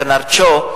ברנרד שו,